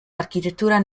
architettura